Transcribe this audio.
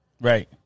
Right